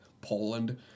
Poland